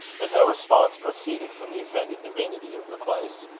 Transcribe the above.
but no response proceeded from the offended divinity of the place.